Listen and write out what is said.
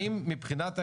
האם מבחינת ההיערכות,